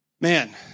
Man